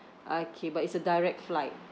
okay but it's a direct flight